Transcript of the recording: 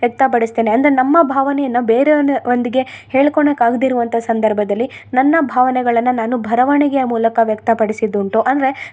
ವ್ಯಕ್ತ ಪಡಿಸ್ತೇನೆ ಅಂದರೆ ನಮ್ಮ ಭಾವನೆಯನ್ನು ಬೇರೆ ಒಂದಿಗೆ ಹೇಳ್ಕೊಳೋಕ್ ಆಗದೇ ಇರೋ ಅಂಥ ಸಂದರ್ಭದಲ್ಲಿ ನನ್ನ ಭಾವನೆಗಳನ್ನು ನಾನು ಬರವಣಿಗೆಯ ಮೂಲಕ ವ್ಯಕ್ತ ಪಡಿಸಿದ್ದುಂಟು ಅಂದರೆ